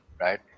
right